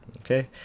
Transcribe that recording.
okay